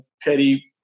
Teddy